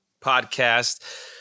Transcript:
podcast